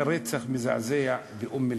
לפני שנתיים היה רצח מזעזע באום-אלפחם.